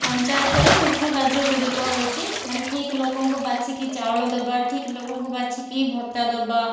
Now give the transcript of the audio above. ପଞ୍ଚାୟତର ମୁଖ୍ୟ କାର୍ଯ୍ୟଗୁଡ଼ିକ ହେଉଛି ମାନେ ଠିକ ଲୋକଙ୍କୁ ବାଛିକି ଚାଉଳ ଦେବା ଠିକ ଲୋକଙ୍କୁ ବାଛିକି ଭତ୍ତା ଦେବା